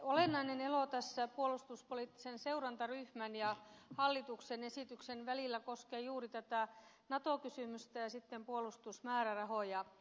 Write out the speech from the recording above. olennainen ero tässä puolustuspoliittisen seurantaryhmän ja hallituksen esityksen välillä koskee juuri tätä nato kysymystä ja sitten puolustusmäärärahoja